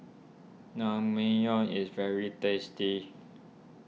Naengmyeon is very tasty